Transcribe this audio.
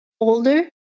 older